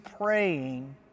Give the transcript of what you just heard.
praying